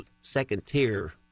second-tier